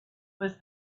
was